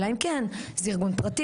אלא אם זה ארגון פרטי,